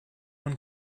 one